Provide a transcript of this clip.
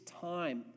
time